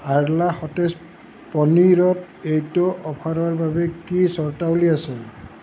Arla সতেজ পনীৰত এইটো অফাৰৰ বাবে কি চৰ্তাৱলী আছে